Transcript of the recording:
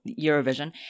Eurovision